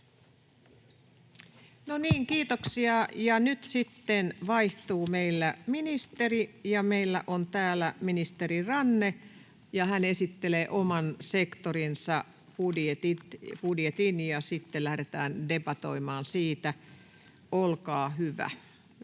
nyt sitten vaihtuu meillä ministeri. Meillä on täällä ministeri Ranne, ja hän esittelee oman sektorinsa budjetin, ja sitten lähdetään debatoimaan siitä. — Olkaa hyvä, ministeri